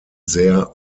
sehr